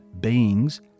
beings